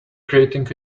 creating